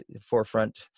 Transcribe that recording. forefront